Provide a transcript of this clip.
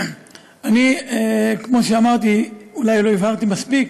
אני, כמו שאמרתי, אולי לא הבהרתי מספיק,